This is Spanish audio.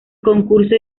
concurso